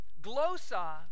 glosa